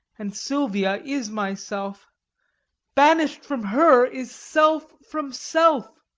and silvia is myself banish'd from her is self from self,